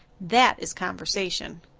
that is conversation.